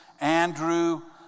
Andrew